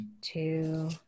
two